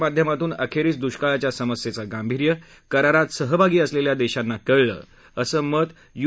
परिषदेच्या माध्यमातून अखेरीस दुष्काळाच्या समस्येचं गांभीर्य करारात सहभागी असलेल्या देशांना कळलं असं मत यु